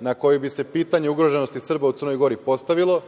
na kojoj bi se pitanje o ugroženosti Srba u Crnoj Gori postavilo,